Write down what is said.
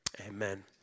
amen